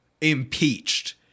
impeached